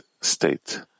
state